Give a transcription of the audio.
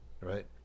right